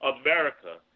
America